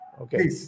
Okay